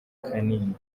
kanini